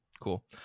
cool